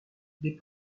des